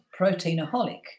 Proteinaholic